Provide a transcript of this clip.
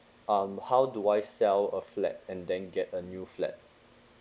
um how do I sell a flat and then get a new flat